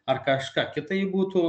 ar kažką kita jei būtų